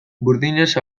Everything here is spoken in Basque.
burdinez